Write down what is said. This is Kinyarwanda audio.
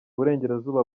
burengerazuba